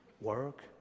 work